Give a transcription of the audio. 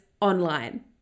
online